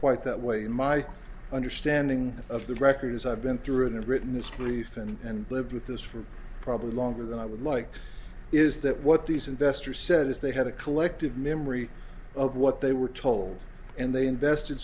quite that way in my understanding of the record as i've been through that written this truth and lived with this from probably longer than i would like is that what these investors said is they had a collective memory of what they were told and they invested